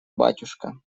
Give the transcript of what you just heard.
батюшка